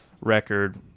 record